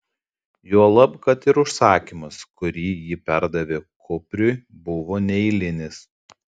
juolab kad ir užsakymas kurį ji perdavė kupriui buvo neeilinis